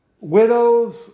widows